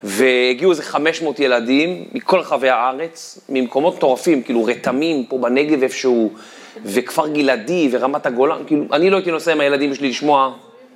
והגיעו איזה 500 ילדים מכל רחבי הארץ, ממקומות מטורפים, כאילו רתמים פה בנגב איפשהו, וכפר גלעדי ורמת הגולן, כאילו אני לא הייתי נוסע עם הילדים שלי לשמוע.